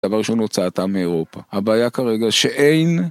דבר שהוא נוצא, אתה מאירופה. הבעיה כרגע שאין...